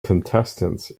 contestants